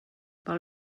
val